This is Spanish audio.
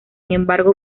embargo